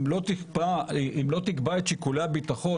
אם לא תקבע את שיקולי הביטחון,